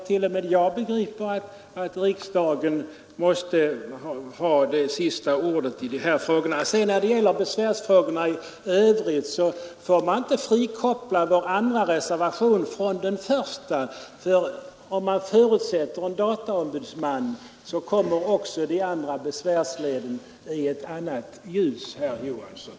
Till och med jag begriper att riksdagen måste ha det sista ordet i dessa frågor både visavi regeringen och datainspektionen. När det gäller besvärsfrågorna i övrigt får man inte frikoppla den andra reservationen från den första. Om man förutsätter att det blir en dataombudsman kommer också de andra besvärsleden i ett annat ljus, herr Johansson.